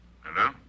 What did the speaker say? Hello